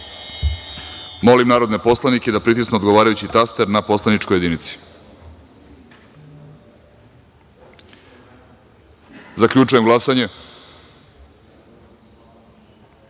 narodne poslanike da pritisnu odgovarajući taster na poslaničkoj jedinici. Zaključujem glasanje: